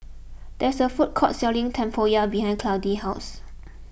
there is a food court selling Tempoyak behind Clydie's house